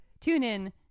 TuneIn